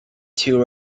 two